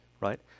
right